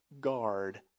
guard